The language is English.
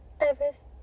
Everest